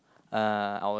uh our